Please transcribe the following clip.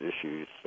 issues –